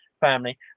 Family